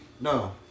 no